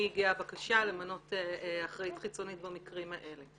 הגיעה הבקשה למנות אחראית חיצונית במקרים האלה.